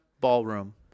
Ballroom